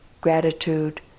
gratitude